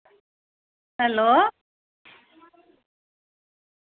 hello